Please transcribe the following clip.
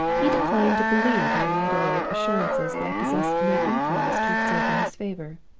he declined to believe my reiterated assurances that i possessed no influence to exert in his favor.